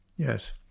Yes